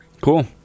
Cool